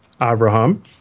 Abraham